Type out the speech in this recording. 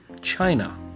China